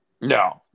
No